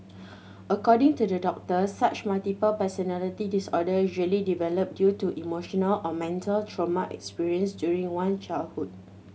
according to the doctor such multiple personality disorder usually develop due to emotional or mental trauma experienced during one childhood